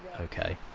okay.